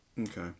Okay